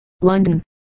London